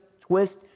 twist